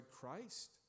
Christ